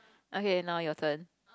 okay now your turn